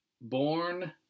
Born